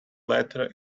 letter